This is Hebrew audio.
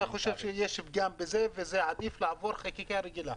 אתה חושב שיש פגם בזה ועדיף שזה יעבור חקיקה רגילה?